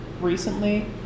recently